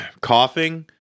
coughing